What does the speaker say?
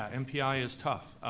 mpi is tough.